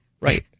right